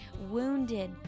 wounded